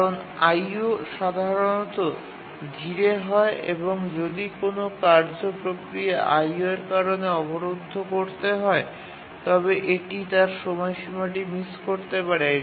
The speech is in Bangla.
কারণ IO সাধারণত ধীরে হয় এবং যদি কোনও কার্য প্রক্রিয়া IO এর কারণে অবরুদ্ধ করতে হয় তবে এটি তার সময়সীমাটি মিস করতে পারে